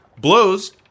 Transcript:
blows